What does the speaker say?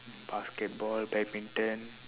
basketball badminton